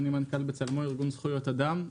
אני מנכ"ל בצלמו ארגון זכויות אדם.